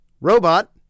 Robot